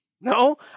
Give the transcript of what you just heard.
No